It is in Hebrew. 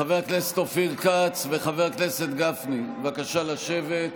חבר הכנסת אופיר כץ וחבר הכנסת גפני, בבקשה לשבת.